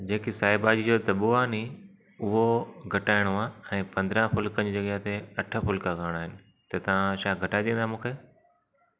जेकी साई भाॼीअ जो दॿो आहे नी उहो घटाइणो आहे ऐं पंद्रहं फुल्कनि जी जॻह ते अठ फुल्का करिणा आहिनि त तव्हां छा घटाए ॾींदा मूंखे